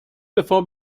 before